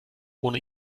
ohne